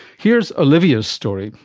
here's olivia's story.